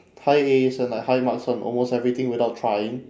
high As and like high marks on almost everything without trying